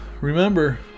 remember